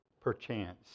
perchance